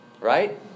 Right